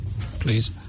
please